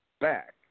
Back